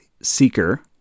seeker